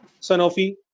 Sanofi